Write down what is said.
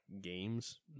games